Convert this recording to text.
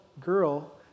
girl